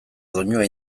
doinua